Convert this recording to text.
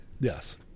Yes